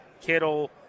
Kittle